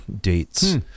dates